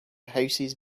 houses